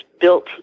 built